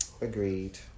Agreed